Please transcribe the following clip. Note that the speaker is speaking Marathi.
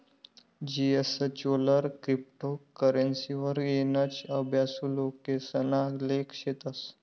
जीएसचोलर क्रिप्टो करेंसीवर गनच अभ्यासु लोकेसना लेख शेतस